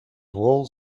whole